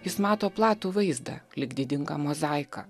jis mato platų vaizdą lyg didingą mozaiką